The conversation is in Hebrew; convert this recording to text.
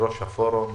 ראש הפורום